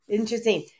interesting